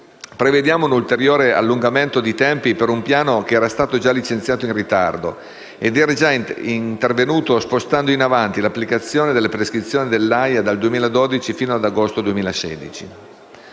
prevediamo un ulteriore allungamento di tempi per un piano che era già stato licenziato in ritardo ed era già intervenuto spostando in avanti l'applicazione delle prescrizioni dell'autorizzazione